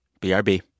BRB